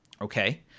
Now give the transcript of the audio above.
okay